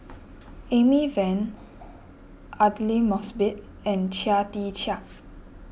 Amy Van Aidli Mosbit and Chia Tee Chiak